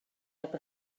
heb